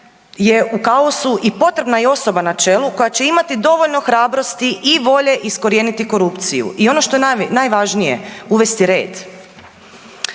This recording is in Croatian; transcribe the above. je u kaosu i potrebna je osoba na čelu koja će imati dovoljno hrabrosti i volje iskorijeniti korupciju. I ono što je najvažnije uvesti red.